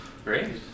Great